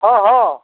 हँ हँ